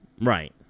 Right